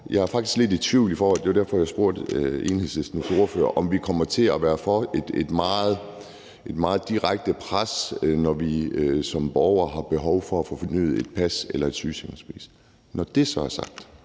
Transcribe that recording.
jeg er faktisk lidt i tvivl – det var også derfor, jeg spurgte Enhedslistens ordfører – om vi kommer til at være ude for et meget direkte pres, når vi som borgere har behov for at få fornyet et pas eller et sygesikringsbevis. Når det så er sagt,